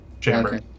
chamber